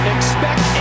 Expect